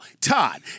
Todd